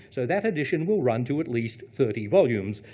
so that edition will run to at least thirty volumes.